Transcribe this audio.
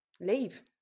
leave